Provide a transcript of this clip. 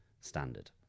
standard